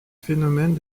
phénomènes